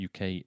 UK